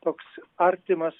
toks artimas